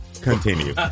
continue